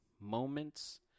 moments